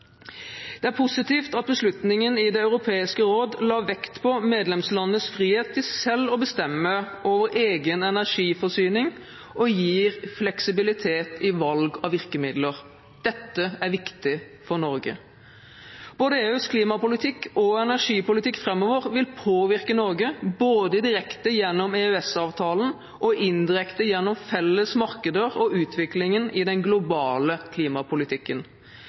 Det er positivt at beslutningen i Det europeiske råd la vekt på medlemslandenes frihet til selv å bestemme over egen energiforsyning og gir fleksibilitet i valg av virkemidler. Dette er viktig for Norge. Både EUs klimapolitikk og energipolitikk framover vil påvirke Norge, både direkte gjennom EØS-avtalen og indirekte gjennom felles markeder og utviklingen i den globale klimapolitikken.